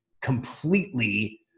completely